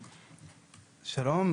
שלום.